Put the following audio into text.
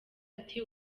ati